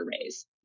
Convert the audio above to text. raise